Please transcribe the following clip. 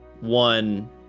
one